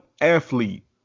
athlete